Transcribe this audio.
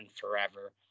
forever